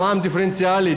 מע"מ דיפרנציאלי,